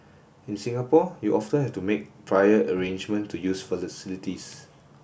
in Singapore you often have to make prior arrangement to use